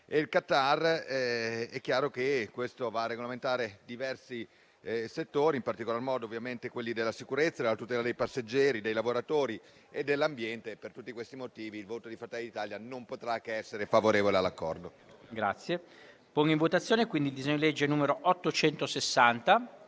il Qatar e va a regolamentare diversi settori, in particolar modo quelli della sicurezza, della tutela dei passeggeri, dei lavoratori e dell'ambiente. Per tutti questi motivi, il voto di Fratelli d'Italia non potrà che essere favorevole alla